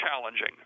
challenging